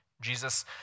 Jesus